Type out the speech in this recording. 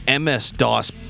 MS-DOS